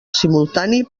simultani